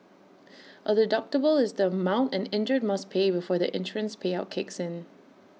A deductible is the amount an injured must pay before the insurance payout kicks in